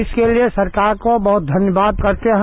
इसके लिए सरकार को बहुत धन्यवाद करते हैं